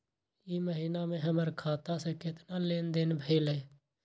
ई महीना में हमर खाता से केतना लेनदेन भेलइ?